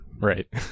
Right